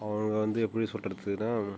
அவங்க வந்து எப்படி சொல்லுறதுன்னா